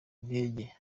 ndege